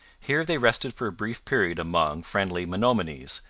here they rested for a brief period among friendly menominees,